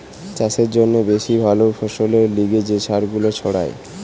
চাষের জন্যে বেশি ভালো ফসলের লিগে যে সার গুলা ছড়ায়